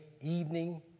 evening